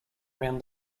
round